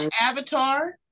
Avatar